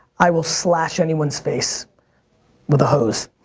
i will slash anyone's face with a hose.